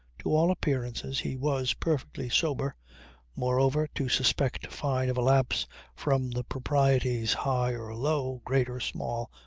to all appearances he was perfectly sober moreover to suspect fyne of a lapse from the proprieties high or low, great or small,